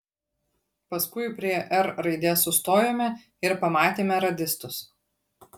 paskui prie r raidės sustojome ir pamatėme radistus